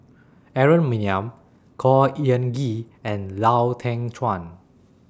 Aaron Maniam Khor Ean Ghee and Lau Teng Chuan